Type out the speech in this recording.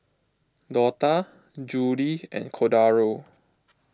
Dortha Judy and Cordaro